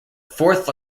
fourth